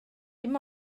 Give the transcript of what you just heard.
dim